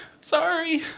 Sorry